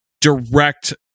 direct